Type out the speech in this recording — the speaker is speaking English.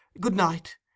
good-night